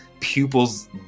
pupils